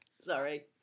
Sorry